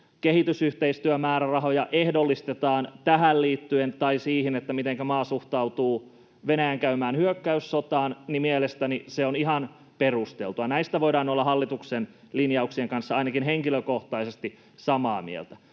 kehitysyhteistyömäärärahoja ehdollistetaan tähän liittyen tai siihen, mitenkä maa suhtautuu Venäjän käymään hyökkäyssotaan, niin mielestäni se on ihan perusteltua. Näistä voidaan olla hallituksen linjauksien kanssa — ainakin henkilökohtaisesti olen — samaa mieltä.